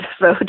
vote